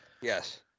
Yes